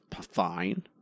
fine